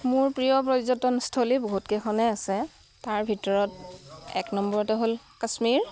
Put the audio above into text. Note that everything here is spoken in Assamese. মোৰ প্ৰিয় পৰ্যটনস্থলী বহুতকেইখনে আছে তাৰ ভিতৰত এক নম্বৰতে হ'ল কাশ্মীৰ